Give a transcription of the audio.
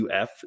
uf